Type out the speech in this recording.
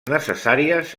necessàries